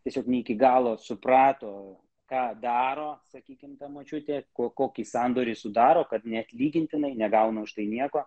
tiesiog ne iki galo suprato ką daro sakykime ta močiutė kuo kokį sandorį sudaro kad neatlygintinai negauna už tai nieko